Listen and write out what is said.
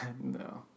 No